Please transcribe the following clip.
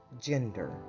gender